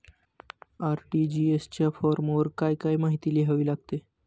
RTGS च्या फॉर्मवर काय काय माहिती लिहावी लागते?